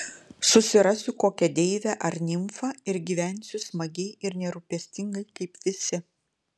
susirasiu kokią deivę ar nimfą ir gyvensiu smagiai ir nerūpestingai kaip visi